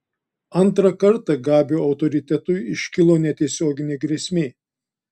antrą kartą gabio autoritetui iškilo netiesioginė grėsmė